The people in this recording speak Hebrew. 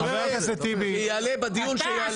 הוא יעלה בדיון שהוא יעלה.